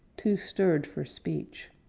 too stirred for speech.